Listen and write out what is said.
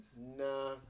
Nah